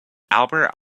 albert